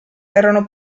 erano